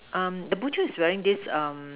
um the butchers is wearing this err